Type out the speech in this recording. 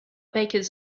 bakers